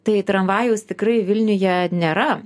tai tramvajaus tikrai vilniuje nėra